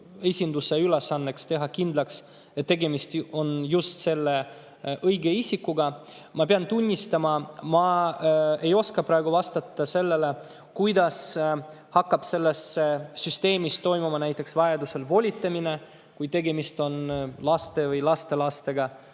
esinduse ülesanne teha kindlaks, et tegemist on õige isikuga. Ma pean tunnistama, et ma ei oska praegu vastata sellele, kuidas hakkab selles süsteemis toimuma vajadusel näiteks volitamine, kui tegemist on laste või lastelastega